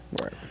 Right